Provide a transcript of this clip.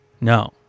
No